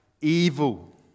evil